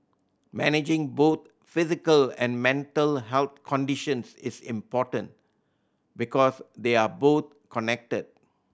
managing both physical and mental health conditions is important because they are both connected